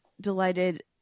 delighted